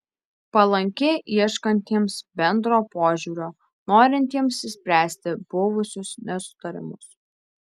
palanki ieškantiems bendro požiūrio norintiems išspręsti buvusius nesutarimus